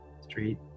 Street